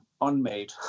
unmade